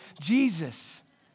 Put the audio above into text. Jesus